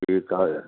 ठीकु आहे इहो